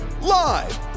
live